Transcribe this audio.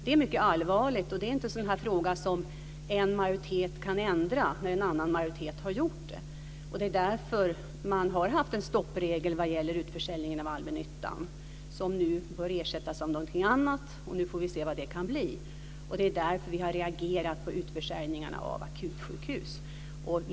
Det är mycket allvarligt, och det är inte en sådan fråga som en majoritet kan ändra när en annan majoritet har genomfört det. Det är därför det har funnits en stoppregel för utförsäljningen av allmännyttan, som nu bör ersättas av någonting annat, och då får vi se vad det kan bli. Det är därför som vi har reagerat på utförsäljningarna av akutsjukhus.